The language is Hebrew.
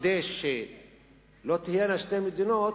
כדי שלא תהיינה שתי מדינות,